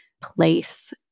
place